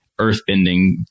earthbending